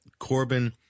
Corbyn